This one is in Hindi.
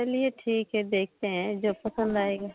चलिये ठीक है देखते हैं जो पसंद आयेगा